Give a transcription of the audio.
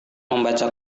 membaca